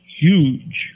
huge